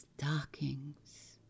stockings